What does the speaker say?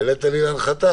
העלית לי להנחתה.